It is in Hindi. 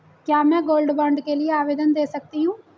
क्या मैं गोल्ड बॉन्ड के लिए आवेदन दे सकती हूँ?